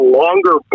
longer